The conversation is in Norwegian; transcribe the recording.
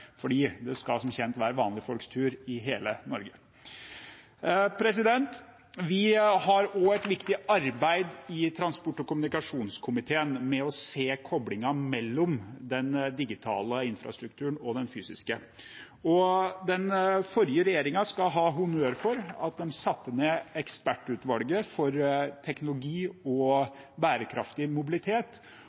det skal som kjent være vanlige folks tur i hele Norge. Vi har også et viktig arbeid i transport- og kommunikasjonskomiteen med å se koblingen mellom den digitale infrastrukturen og den fysiske. Den forrige regjeringen skal ha honnør for at de satte ned ekspertutvalget for teknologi og bærekraftig mobilitet.